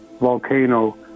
volcano